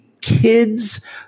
kids